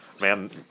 Man